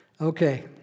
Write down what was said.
Okay